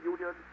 Union